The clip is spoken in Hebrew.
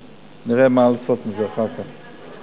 נראה מה לעשות עם זה אחר כך.